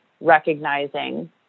recognizing